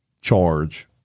charge